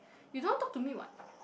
you don't want talk to me [what]